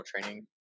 training